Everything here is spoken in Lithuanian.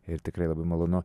ir tikrai labai malonu